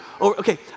Okay